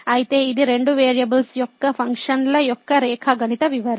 అయితే ఇది రెండు వేరియబుల్స్ యొక్క ఫంక్షన్ల యొక్క రేఖాగణిత వివరణ